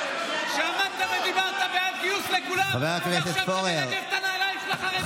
עמדת ודיברת בעד גיוס לכולם ועכשיו אתה מנגב את הנעליים של החרדים.